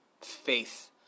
faith